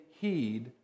heed